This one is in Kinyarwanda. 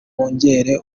wongere